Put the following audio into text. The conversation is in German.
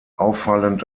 auffallend